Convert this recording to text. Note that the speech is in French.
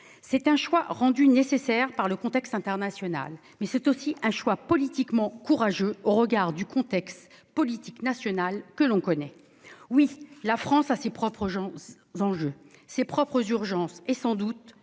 Ce choix est rendu nécessaire par le contexte international, mais c'est aussi un choix politiquement courageux au regard du contexte politique national que l'on connaît. Oui, la France a ses propres enjeux, ses propres urgences et, sans doute,